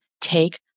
take